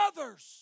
others